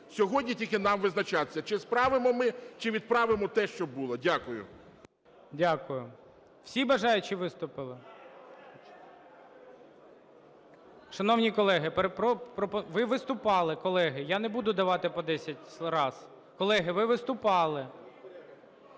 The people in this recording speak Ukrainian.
Сьогодні тільки нам визначатися, чи справимо ми, чи відправимо те, що було. Дякую. ГОЛОВУЮЧИЙ. Дякую. Всі бажаючі виступили? Шановні колеги… Ви виступали, колеги. Я не буду давати по 10 раз. Колеги, ви виступали.